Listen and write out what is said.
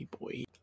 boy